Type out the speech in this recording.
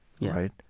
right